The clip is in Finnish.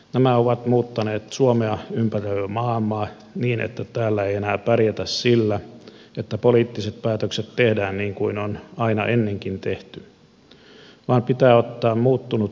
nämä ovat muuttaneet suomea ympäröivää maailmaa niin että täällä ei enää pärjätä sillä että poliittiset päätökset tehdään niin kuin on aina ennenkin tehty vaan pitää ottaa muuttunut ympäristö huomioon